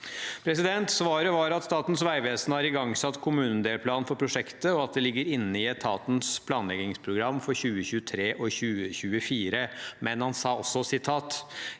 oppe. Svaret var at Statens vegvesen har igangsatt kommunedelplan for prosjektet, og at det ligger inne i etatens planleggingsprogram for 2023 og 2024. Men han sa: «Jeg har